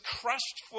crushed